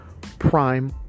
prime